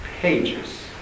pages